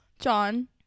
john